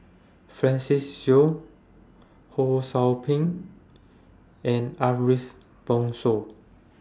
Francis Seow Ho SOU Ping and Ariff Bongso